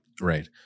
Right